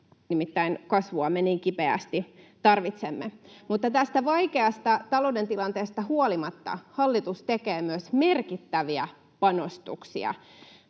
nimittäin kasvua me niin kipeästi tarvitsemme. Tästä vaikeasta talouden tilanteesta huolimatta hallitus tekee myös merkittäviä panostuksia.